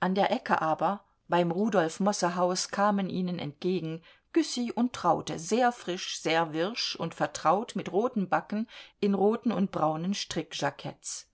an der ecke aber beim rudolf mosse haus kamen ihnen entgegen güssy und traute sehr frisch sehr wirsch und vertraut mit roten backen in roten und braunen